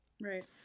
Right